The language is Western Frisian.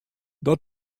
dat